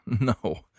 No